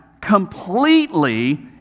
completely